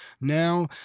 Now